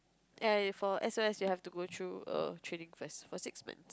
err for S_O_S you have to go through a training first for six months